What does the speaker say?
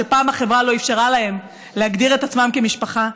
שפעם החברה לא אפשרה להם להגדיר את עצמם כמשפחה,